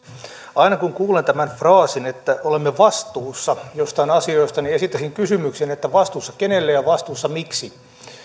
aina kun kuulen tämän fraasin että olemme vastuussa jostain asioista niin esitän kysymyksen vastuussa kenelle ja vastuussa miksi